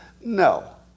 No